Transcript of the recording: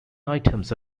items